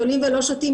בונים ולא שותים,